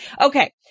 Okay